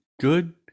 good